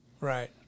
Right